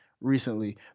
recently